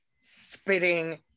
spitting